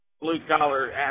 blue-collar